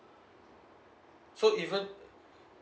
so even